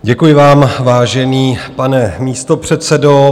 Děkuji vám, vážený pane místopředsedo.